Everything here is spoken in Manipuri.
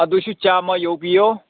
ꯑꯗꯨꯁꯨ ꯆꯥꯝꯃ ꯌꯥꯎꯕꯤꯌꯣ